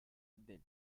del